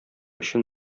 өчен